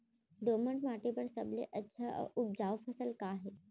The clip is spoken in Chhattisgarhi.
दोमट माटी बर सबले अच्छा अऊ उपजाऊ फसल का हे?